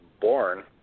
born